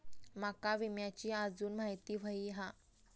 माका विम्याची आजून माहिती व्हयी हा?